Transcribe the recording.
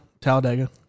Talladega